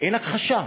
אין הכחשה.